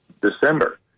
December